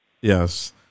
Yes